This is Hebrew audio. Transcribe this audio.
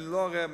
אני לא רואה,